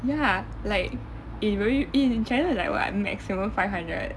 ya like in re~ in china is like what maximum five hundred